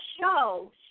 show